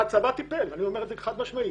והצבא טיפל אני אומר זאת חד-משמעית.